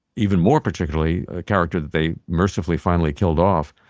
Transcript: even more particularly a character that they mercifully finally killed off,